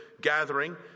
gathering